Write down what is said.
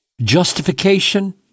Justification